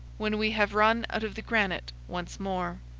when we have run out of the granite once more.